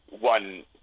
one